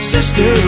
Sister